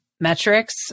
metrics